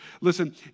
Listen